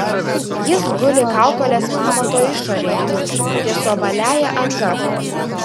jis guli kaukolės pamato išorėje ties ovaliąja anga